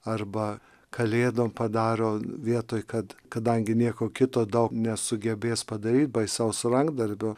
arba kalėdom padaro vietoj kad kadangi nieko kito daug nesugebės padaryti baisaus rankdarbio